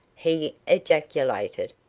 he ejaculated.